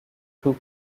who